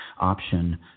option